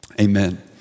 amen